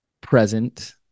present